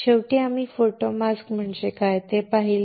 शेवटी आम्ही photo mask म्हणजे काय ते पाहिले